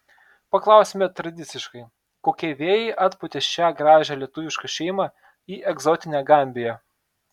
paklausime tradiciškai kokie vėjai atpūtė šią gražią lietuvišką šeimą į egzotinę gambiją